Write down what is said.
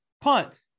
punt